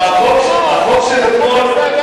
חבר הכנסת בר-און,